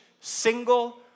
single